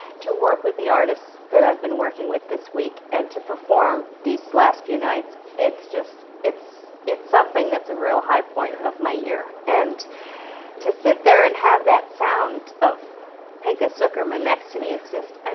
to work with the artists that i've been working with this week and to perform these last few nights, it's just it's it's something that's a real high point of my year. and to sit there and have that sound of pinchas zukerman next to me it's just, i